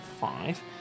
five